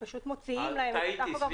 פשוט מוציאים להם את הטכוגרף ומחליפים.